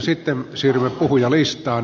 sitten siirrymme puhujalistaan